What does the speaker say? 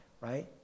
right